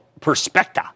Perspecta